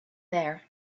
there